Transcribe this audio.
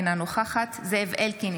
אינה נוכחת זאב אלקין,